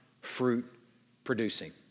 fruit-producing